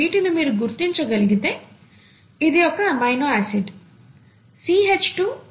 వీటిని మీరు గుర్తించగలిగితే ఇది ఒక ఎమినో ఆసిడ్ CH2SH అనేది ఒక R గ్రూప్